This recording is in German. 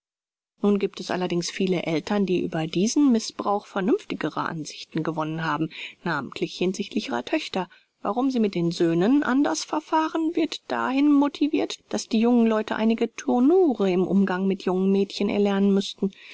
nun gibt es allerdings viele eltern die über diesen mißbrauch vernünftigere ansichten gewonnen haben namentlich hinsichtlich ihrer töchter warum sie mit den söhnen anders verfahren wird dahin motivirt daß die jungen leute einige tournure im umgang mit jungen mädchen erlernen müßten